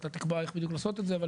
אתה תקבע איך בדיוק לעשות את זה אבל